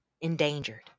endangered